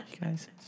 guys